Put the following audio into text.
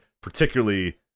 particularly